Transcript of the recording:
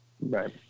right